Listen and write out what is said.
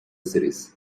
series